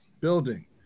building